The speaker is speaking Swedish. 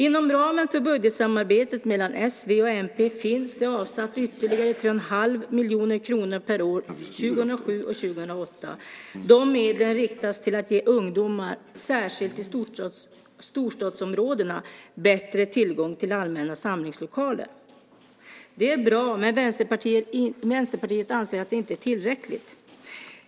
Inom ramen för budgetsamarbetet mellan s, v och mp finns det avsatt ytterligare 3 1⁄2 miljoner kronor per år 2007 och 2008. De medlen riktas till att ge ungdomar, särskilt i storstadsområdena, bättre tillgång till allmänna samlingslokaler. Det är bra, men Vänsterpartiet anser att det inte är tillräckligt.